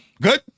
Good